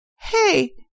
Hey